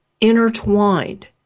intertwined